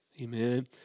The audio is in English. Amen